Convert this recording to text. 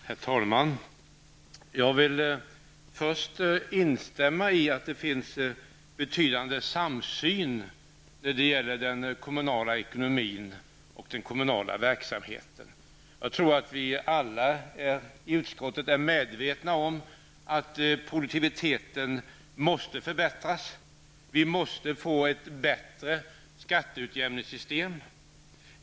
Herr talman! Jag vill först instämma i att det finns en betydande samsyn när det gäller den kommunala ekonomin och den kommunala verksamheten. Jag tror att vi alla i utskottet är medvetna om att produktiviteten måste förbättras. Vi måste få ett bättre skatteutjämningssystem.